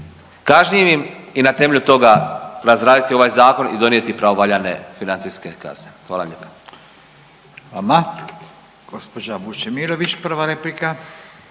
kažnjivim i na temelju toga razraditi ovaj Zakon i donijeti pravovaljane financijske kazne. Hvala lijepa. **Radin, Furio (Nezavisni)** I vama.